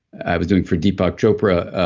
i was doing for deepak chopra.